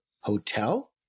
hotel